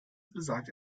besagt